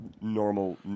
normal